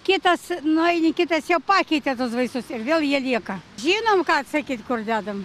kitas nueini kitas jau pakeitė tuos vaistus ir vėl jie lieka žinom ką atsakyt kur dedam